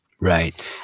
Right